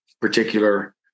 particular